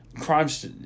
Crime's